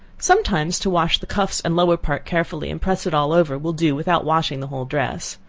sometimes to wash the cuffs and lower part carefully, and press it all over, will do without washing the whole dress.